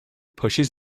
pushes